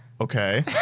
Okay